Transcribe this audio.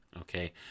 Okay